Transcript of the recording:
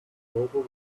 global